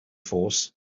force